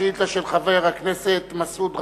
השאילתא של חבר הכנסת מסעוד גנאים.